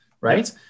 right